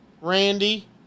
Randy